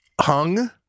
hung